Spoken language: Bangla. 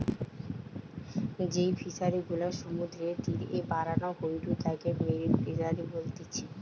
যেই ফিশারি গুলা সমুদ্রের তীরে বানানো হয়ঢু তাকে মেরিন ফিসারী বলতিচ্ছে